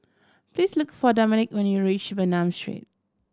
please look for Dominic when you reach Bernam Street